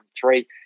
three